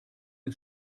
ist